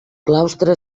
claustre